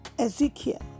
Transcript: Ezekiel